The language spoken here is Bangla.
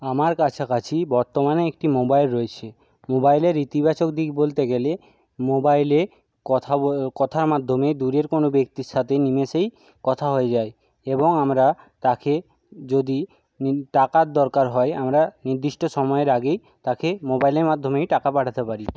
আমার কাছাকাছি বর্তমানে একটি মোবাইল রয়েছে মোবাইলের ইতিবাচক দিক বলতে গেলে মোবাইলে কথা কথার মাধ্যমে দূরের কোনও ব্যক্তির সাথে নিমেষেই কথা হয়ে যায় এবং আমরা তাকে যদি টাকার দরকার হয় আমরা নির্দিষ্ট সময়ের আগেই তাকে মোবাইলের মাধ্যমেই টাকা পাঠাতে পারি